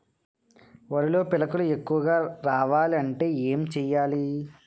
వరిలో పిలకలు ఎక్కువుగా రావాలి అంటే ఏంటి చేయాలి?